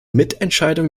mitentscheidung